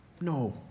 No